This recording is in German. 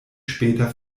später